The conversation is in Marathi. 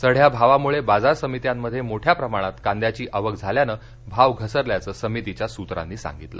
चढ्या भावामुळे बाजार समित्यामध्ये मोठया प्रमाणात कांद्याची आवक झाल्यानं भाव घसरल्याचं समितीच्या सूत्रांनी सांगितलं